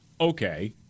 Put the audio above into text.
okay